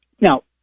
Now